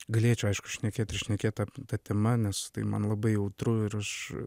galėčiau aišku šnekėt ir šnekėt apie ta tema nes tai man labai jautru ir aš